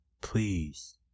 please